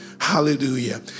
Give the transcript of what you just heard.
Hallelujah